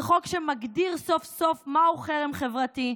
זה חוק שמגדיר סוף-סוף מהו חרם חברתי,